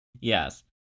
yes